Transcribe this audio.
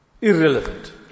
irrelevant